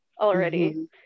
already